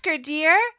dear